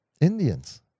Indians